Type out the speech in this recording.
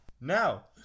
now